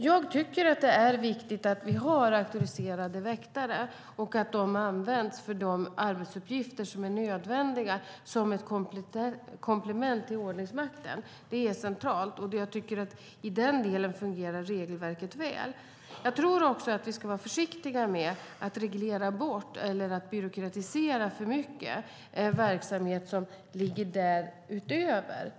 Jag tycker att det är viktigt att vi har auktoriserade väktare och att de används för de arbetsuppgifter som är nödvändiga som ett komplement till ordningsmakten. Det är centralt, och jag tycker att regelverket i den delen fungerar väl. Jag tror också att vi ska vara försiktiga med att reglera bort eller att för mycket byråkratisera verksamhet som ligger därutöver.